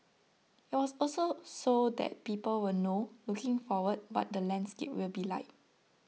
it was also so that people will know looking forward what the landscape will be like